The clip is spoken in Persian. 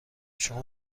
شما